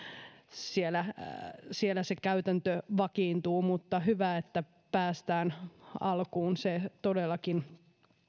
siellä siellä se käytäntö vakiintuu mutta hyvä että päästään alkuun se todellakin